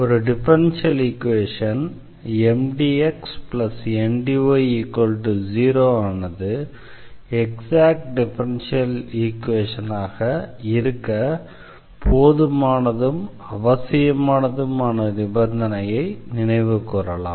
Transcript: ஒரு differential equation MdxNdy0 ஆனது exact differential ஈக்வேஷனாக இருக்க போதுமானதும் அவசியமானதுமான நிபந்தனையை நினைவு கூறலாம்